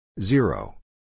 zero